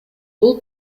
бул